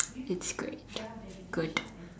it's great good